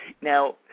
Now